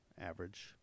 average